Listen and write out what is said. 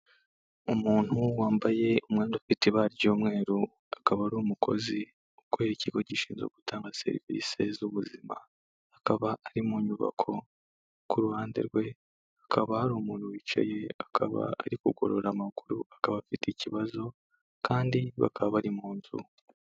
Umuntu wambaye umwenda ufite ibara ry'umweru akaba ari umukozi ukorera ikigo gishinzwe gutanga serivisi z'ubuzima, akaba ari mu nyubako. Ku ruhande rwe hakaba hari umuntu wicaye akaba ari kugorora amaguru akaba afite ikibazo kandi bakaba bari mu nzu.